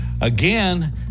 again